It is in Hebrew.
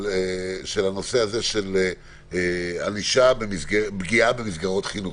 של ענישה על פגיעה במסגרות חינוכיות.